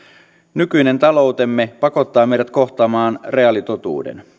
nykyinen taloutemme pakottaa meidät kohtaamaan reaalitotuuden